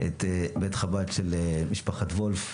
את בית חב"ד של משפחת וולף,